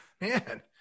man